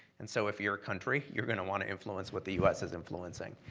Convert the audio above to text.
and so if you're a country you're gonna want to influence what the u s. is influencing.